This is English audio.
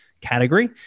category